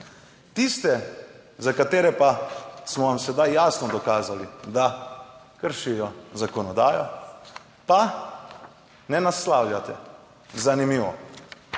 Tiste, za katere pa smo vam sedaj jasno dokazali, da kršijo zakonodajo, pa ne naslavljate, zanimivo.